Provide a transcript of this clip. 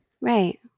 Right